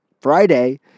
Friday